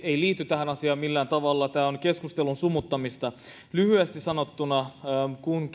ei liity tähän asiaan millään tavalla tämä on keskustelun sumuttamista lyhyesti sanottuna kun